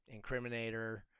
Incriminator